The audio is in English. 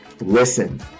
Listen